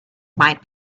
might